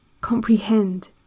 Comprehend